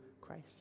Christ